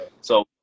So-